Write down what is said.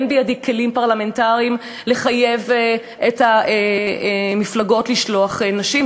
אין בידי כלים פרלמנטריים לחייב את המפלגות לשלוח נשים.